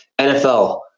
NFL